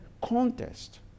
contest